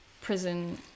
prison